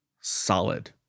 solid